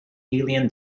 alien